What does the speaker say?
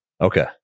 Okay